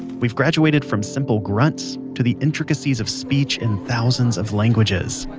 we've graduated from simple grunts, to the intricacies of speech in thousands of languages.